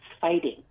fighting